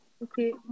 Okay